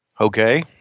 Okay